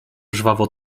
żwawo